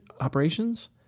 operations